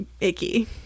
icky